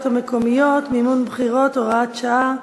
המקומיות (מימון בחירות) (הוראת שעה),